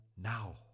now